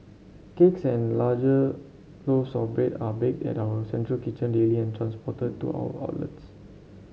cakes and larger loaves of bread are baked at our central kitchen daily and transported to our outlets